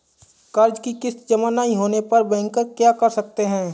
कर्ज कि किश्त जमा नहीं होने पर बैंकर क्या कर सकते हैं?